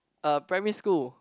uh primary school